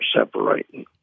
separating